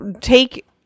take